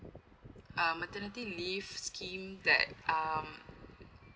um maternity leave scheme that um